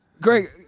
Great